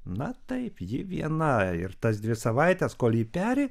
na taip ji viena ir tas dvi savaites kol ji peri